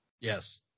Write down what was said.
yes